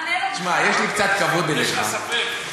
תשמע, יש לי קצת כבוד אליך, יש לך ספק.